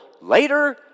later